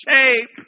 shape